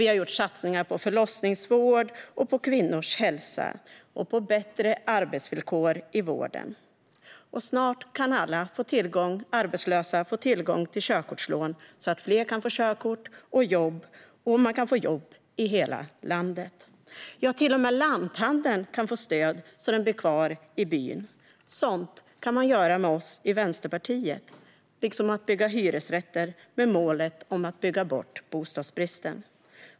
Vi har gjort satsningar på förlossningsvård, på kvinnors hälsa och på bättre arbetsvillkor i vården. Och snart kan alla arbetslösa få tillgång till körkortslån, så att fler kan få körkort och jobb i hela landet. Till och med lanthandeln kan få stöd så att den blir kvar i byn. Sådant kan man göra med oss i Vänsterpartiet, liksom att bygga hyresrätter med målet att bygga bort bostadsbristen.